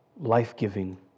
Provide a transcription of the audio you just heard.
life-giving